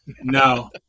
No